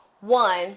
One